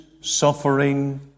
suffering